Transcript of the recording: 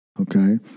okay